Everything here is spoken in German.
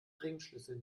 ringschlüssel